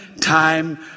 time